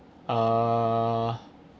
err